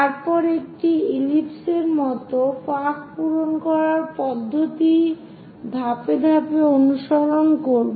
তারপর একটি ইলিপস র মত ফাঁক পূরণ করার পদ্ধতি ধাপে ধাপে অনুসরণ করব